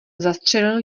zastřelil